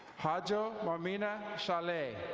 hajil momina shalay.